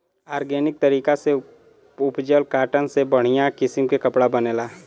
organic तरीका से उपजल कॉटन से बढ़िया किसम के कपड़ा बनेला